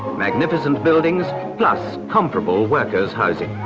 magnificent buildings plus comfortable worker's housing